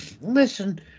Listen